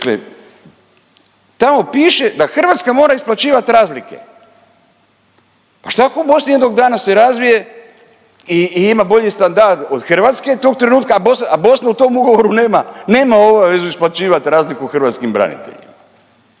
Dakle, tamo piše da Hrvatska mora isplaćivati razlike. Pa što ako Bosna jednog dana se razvije i ima bolji standard od Hrvatske tog trenutka, a Bosna u tom ugovoru nema obavezu isplaćivati razliku hrvatskim braniteljima?